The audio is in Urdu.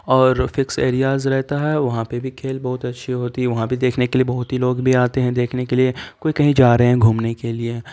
اور فکس ایریاز رہتا ہے وہاں پہ بھی کھیل بہت اچھی ہوتی ہے وہاں بھی دیکھنے کے لیے بہت ہی لوگ بھی آتے ہیں دیکھنے کے لیے کوئی کہیں جا رہے ہیں گھومنے کے لیے